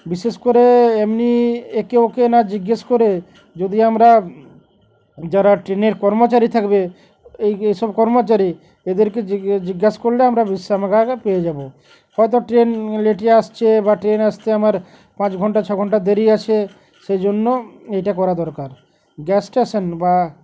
বিশেষ করে এমনি একে ওকে না জিজ্ঞেস করে যদি আমরা যারা ট্রেনের কর্মচারী থাকবে এই এইসব কর্মচারী এদেরকে জিগ জিজ্ঞেস করলে আমরা বিশ্রামাগার পেয়ে যাব হয়তো ট্রেন লেটে আসছে বা ট্রেনে আসতে আমার পাঁচ ঘণ্টা ছ ঘণ্টা দেরি আছে সেই জন্য এইটা করা দরকার গ্যাস স্টেশন বা